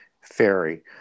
fairy